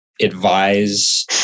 advise